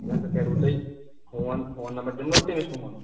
سُہ کیٛاہ سا کروٕ تۅہہِ فون فون نمبر دِمہٕ نا بہٕ تٔمِس تُہُنٛد